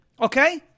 Okay